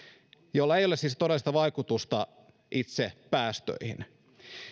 millä ei ole siis todellista vaikutusta itse päästöihin